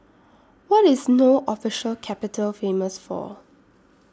What IS No Official Capital Famous For